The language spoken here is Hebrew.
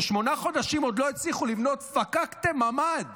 ששמונה חודשים עוד לא הצליחו לבנות פקקטה ממ"ד